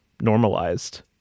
normalized